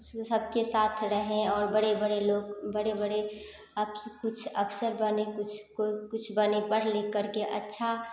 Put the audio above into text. सबके साथ रहें और बड़े बड़े लोग बड़े बड़े अफ कुछ अफसर बनें कुछ कोई कुछ बनें पढ़ लिख करके अच्छा